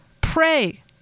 pray